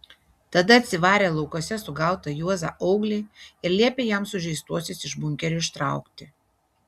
tada atsivarė laukuose sugautą juozą auglį ir liepė jam sužeistuosius iš bunkerio ištraukti